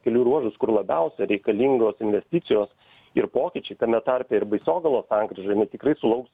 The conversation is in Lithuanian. kelių ruožus kur labiausia reikalingos investicijos ir pokyčiai tame tarpe ir baisogalos sankryža jinai tikrai sulauks